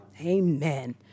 Amen